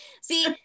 see